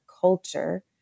culture